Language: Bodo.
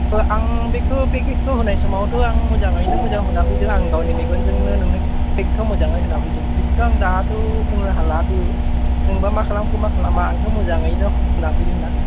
ओ आं बेखौ पेकेतखौ होनाय समावथ' आं मोजांयैनो मोजां होना फैदों आं गावनि मेगनजोंनो नोंनो पेकेतखो मोजाङै होना फैदों बेखौथ' आं दाथ' बुंनो हाला बेयाव नोंबा मा खालामखो मा खालामा आंथ' मोजाङैनो होना फैदों ना